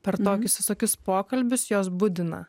per tokius visokius pokalbius jos budina